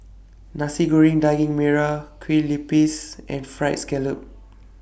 Nasi Goreng Daging Merah Kueh Lopes and Fried Scallop